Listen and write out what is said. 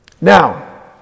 Now